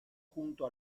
junto